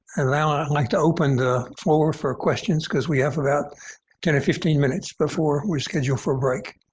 and now i'd like to open the floor for questions because we have about ten to fifteen minutes before we're scheduled for break.